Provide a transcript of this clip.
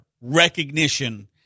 recognition